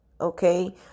Okay